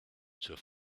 zur